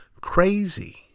crazy